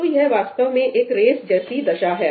तो यह वास्तव में एक रेस जैसी दशा है